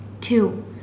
Two